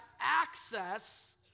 access